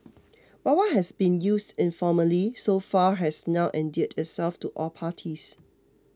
but what has been used informally so far has now endeared itself to all parties